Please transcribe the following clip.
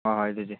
ꯍꯣꯏ ꯍꯣꯏ ꯑꯗꯨꯗꯤ